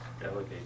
Delegate